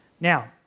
Now